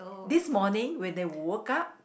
this morning when they woke up